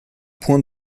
point